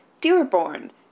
Dearborn